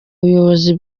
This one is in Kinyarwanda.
bayobozi